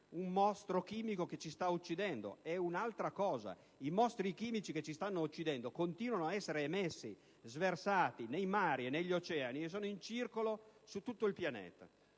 un mostro chimico che ci sta uccidendo. È un'altra cosa: i mostri chimici che ci stanno uccidendo continuano ad essere emessi, sversati nei mari e negli oceani e sono in circolo su tutto il pianeta.